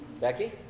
Becky